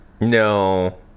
No